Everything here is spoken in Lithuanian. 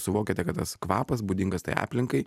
suvokiate kad tas kvapas būdingas tai aplinkai